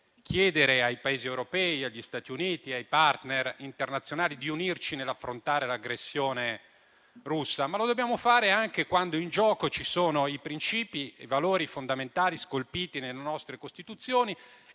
chiedere ai Paesi europei, agli Stati Uniti e ai *partner* internazionali di unirsi nell'affrontare l'aggressione russa. Lo dobbiamo fare anche quando in gioco ci sono i principi e i valori fondamentali scolpiti nelle nostre Costituzioni,